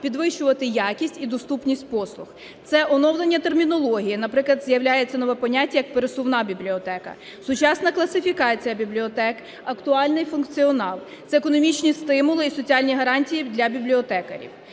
підвищувати якість і доступність послуг. Це оновлення термінології, наприклад, з'являється нове поняття як пересувна бібліотека, сучасна класифікація бібліотек, актуальний функціонал, це економічні стимули і соціальні гарантії для бібліотекарів.